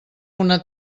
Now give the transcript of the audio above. una